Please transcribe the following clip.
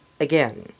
Again